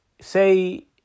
say